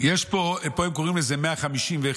פה הם קוראים לזה 151,